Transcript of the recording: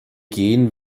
gehen